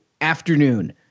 afternoon